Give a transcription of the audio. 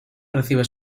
recibe